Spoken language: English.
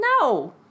No